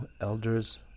Elder's